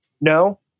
No